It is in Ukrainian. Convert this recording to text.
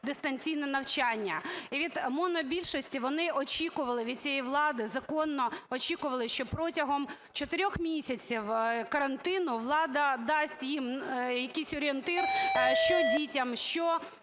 дистанційне навчання. Від монобільшості вони очікували, від цієї влади законно очікували, що протягом 4 місяців карантину влада дасть їм якийсь орієнтир, що дітям, що